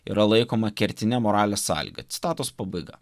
yra laikoma kertine moralės sąlyga citatos pabaiga